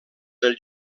del